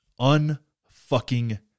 Unfucking